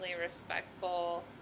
respectful